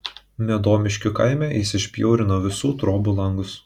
medomiškių kaime jis išbjaurino visų trobų langus